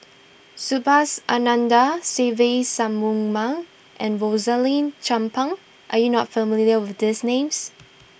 Subhas Anandan Se Ve Shanmugam and Rosaline Chan Pang are you not familiar with these names